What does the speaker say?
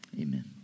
Amen